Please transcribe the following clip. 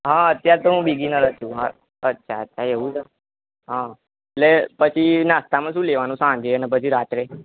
હા અત્યાર તો હુ બીગેનર જ છું અચ્છા હા એવું છે હં એટલે પછી નાસ્તામાં શુ લેવાનુ સાંજે ને પછી રાત્રે